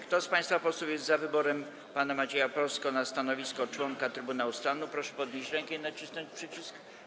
Kto z państwa posłów jest za wyborem pana Macieja Prostko na stanowisko członka Trybunału Stanu, proszę podnieść rękę i nacisnąć przycisk.